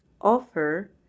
offer